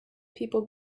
people